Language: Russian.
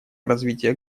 развития